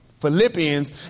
Philippians